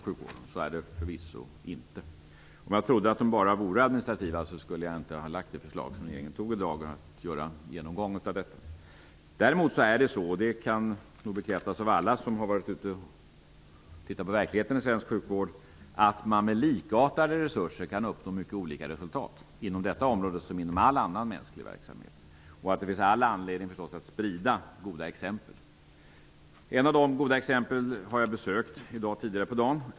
Så är det förvisso inte. Om jag trodde att de bara vore administrativa skulle jag inte ha lagt fram förslaget om att göra en genomgång av detta, vilket regeringen antog i dag. Däremot kan man -- det kan nog bekräftas av alla som har varit ute och tittat på verkligheten i svensk sjukvård -- med likartade resurser uppnå mycket olika resultat, inom detta område som inom all annan mänsklig verksamhet. Det finns förstås all anledning att sprida goda exempel. Ett av de goda exemplen har jag besökt tidigare i dag.